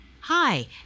Hi